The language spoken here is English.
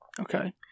Okay